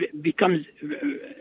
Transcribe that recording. becomes